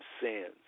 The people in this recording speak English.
Sins